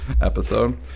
episode